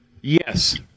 Yes